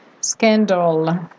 scandal